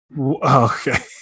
Okay